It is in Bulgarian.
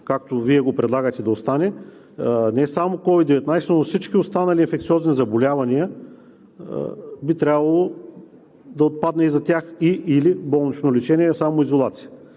както Вие го предлагате да остане, не само COVID-19, но за всички останали инфекциозни заболявания би трябвало да отпадне и за тях „и/или болнично лечение“, а само изолация.